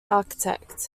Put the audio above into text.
architect